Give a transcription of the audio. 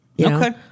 Okay